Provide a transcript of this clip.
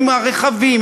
עם הרכבים,